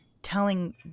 telling